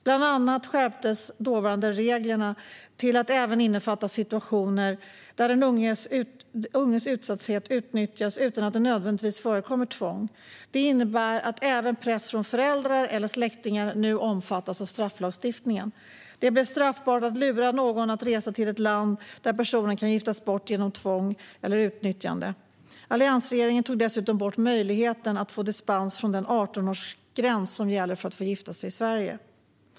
Bland annat skärptes de dåvarande reglerna till att även innefatta situationer där den unges utsatthet utnyttjas utan att det nödvändigtvis förekommer tvång. Det innebär att även press från föräldrar eller släktingar nu omfattas av strafflagstiftningen. Det blev straffbart att lura någon att resa till ett land där personen kan giftas bort genom tvång eller utnyttjande. Alliansregeringen tog dessutom bort möjligheten att få dispens från den 18-årsgräns som gäller för att få gifta sig i Sverige.